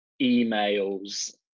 emails